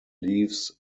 leaves